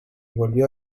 volvió